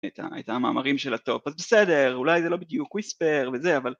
הייתה המאמרים של הטופ, אז בסדר, אולי זה לא בדיוק ויספר וזה, אבל...